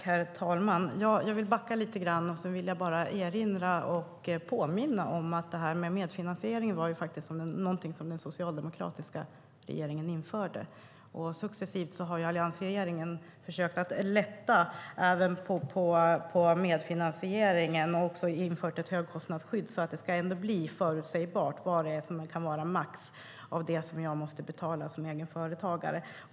Herr talman! Jag vill backa lite grann och bara påminna om att detta med medfinansiering var någonting som den socialdemokratiska regeringen införde. Successivt har alliansregeringen försökt att lätta även på medfinansieringen och också infört ett högkostnadsskydd, så att det ska vara förutsägbart vad jag max måste betala som egen företagare.